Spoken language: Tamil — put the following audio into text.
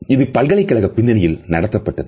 இது பல்கலைக்கழக பின்னணியில் நடத்தப்பட்டது